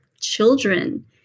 children